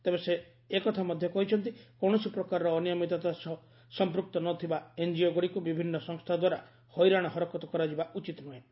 ତେବେ ସେ ଏକଥା ମଧ୍ୟ କହିଛନ୍ତି କୌଣସି ପ୍ରକାରର ଅନିୟମିତତା ସହ ସଂପୃକ୍ତ ନଥିବା ଏନ୍ଜିଓ ଗୁଡ଼ିକୁ ବିଭିନ୍ନ ସଂସ୍ଥା ଦ୍ୱାରା ହଇରାଣ ହରକତ କରାଯିବା ଉଚିତ ନୁହେଁ